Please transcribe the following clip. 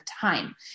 time